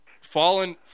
fallen